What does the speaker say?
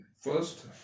first